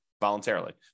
voluntarily